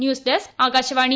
news desk Akashvani